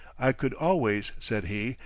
i could always, said he,